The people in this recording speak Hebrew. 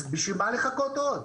אז בשביל מה לחכות עוד?